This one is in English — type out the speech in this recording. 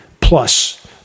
plus